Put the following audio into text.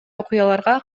окуяларга